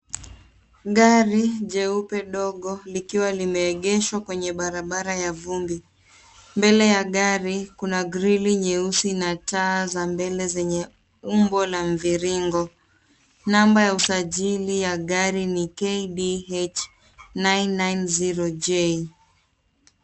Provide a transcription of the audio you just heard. Gari jeupe dogo likiwa limeegeshwa kwenye barabara ya vumbi. Mbele ya gari kuna grili nyeusi na taa za mbele zenye umbo la mviringo. Namba ya usajili ya gari ni KDH 990J.